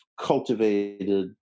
cultivated